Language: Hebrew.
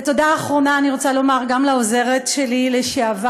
ותודה אחרונה אני רוצה לומר גם לעוזרת שלי לשעבר,